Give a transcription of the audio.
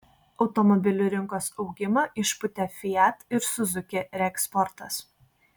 automobilių rinkos augimą išpūtė fiat ir suzuki reeksportas